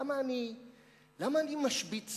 למה אני משבית שמחה?